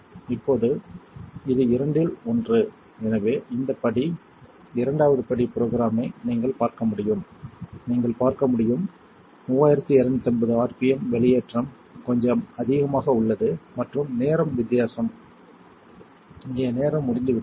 இப்போது இது இரண்டில் ஒன்று எனவே இந்த படி இரண்டாவது படி ப்ரொக்ராம்மை நீங்கள் பார்க்க முடியும் நீங்கள் பார்க்க முடியும் 3250 ஆர்பிஎம் வெளியேற்றம் கொஞ்சம் அதிகமாக உள்ளது மற்றும் நேரம் வித்தியாசம் இங்கே நேரம் முடிந்துவிட்டது